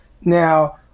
Now